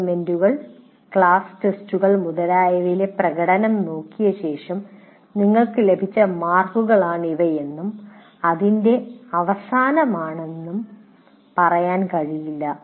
അസൈൻമെന്റുകൾ ക്ലാസ് ടെസ്റ്റുകൾ മുതലായവയിലെ പ്രകടനം നോക്കിയ ശേഷം നിങ്ങൾക്ക് ലഭിച്ച മാർക്കുകളാണിവയെന്നും അതിന്റെ അവസാനമാണെന്നും പറയാൻ കഴിയില്ല